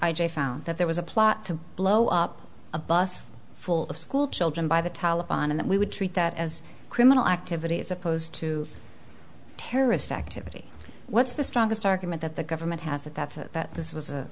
g found that there was a plot to blow up a bus full of school children by the taliban in that we would treat that as criminal activity as opposed to terrorist activity what's the strongest argument that the government has that that's that this was a